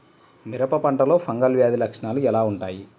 మిరప పంటలో ఫంగల్ వ్యాధి లక్షణాలు ఎలా వుంటాయి?